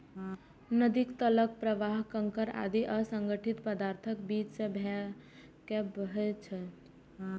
नदीक तलक प्रवाह कंकड़ आदि असंगठित पदार्थक बीच सं भए के बहैत छै